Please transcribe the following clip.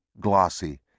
glossy